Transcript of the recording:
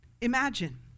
imagine